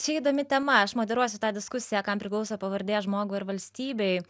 čia įdomi tema aš moderuosiu tą diskusiją kam priklauso pavardė žmogui ar valstybei